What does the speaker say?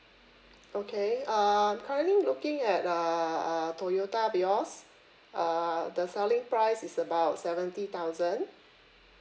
okay um currently looking at err uh toyota vios err the selling price is about seventy thousand